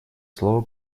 слово